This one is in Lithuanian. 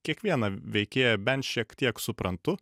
kiekvieną veikėją bent šiek tiek suprantu